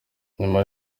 nyuma